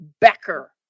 Becker